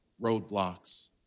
roadblocks